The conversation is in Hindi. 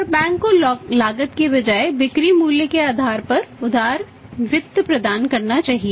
और बैंक को लागत के बजाय बिक्री मूल्य के आधार पर उदार वित्त प्रदान करना चाहिए